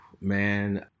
man